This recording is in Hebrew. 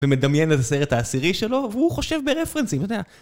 ומדמיין את הסרט העשירי שלו, והוא חושב ברפרנסים, יודע?